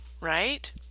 right